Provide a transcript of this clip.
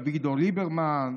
אביגדור ליברמן,